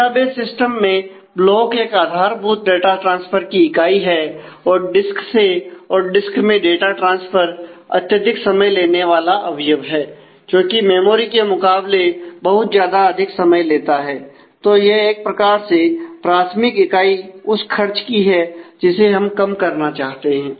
database system में block एक आधारभूत डाटा ट्रांसफर की इकाई है और डिस्क से और डिस्क में डाटा ट्रांसफर अत्यधिक समय लेने वाला अवयव है जोकि मेमोरी के मुकाबले बहुत ज्यादा अधिक समय लेता है तो यह एक प्रकार से प्राथमिक इकाई उस खर्च की है जिसे हम कम करना चाहते हैं